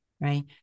right